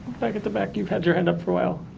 back at the back, you've had your hand up for a while.